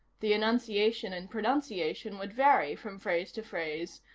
the enunciation and pronunciation would vary from phrase to phrase,